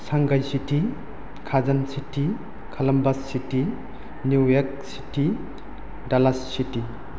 Shanghai city Kazan city Columbus city New York city Dallas city